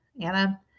Anna